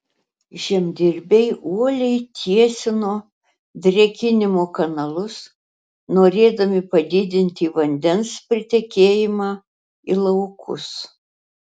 žemdirbiai uoliai tiesino drėkinimo kanalus norėdami padidinti vandens pritekėjimą į laukus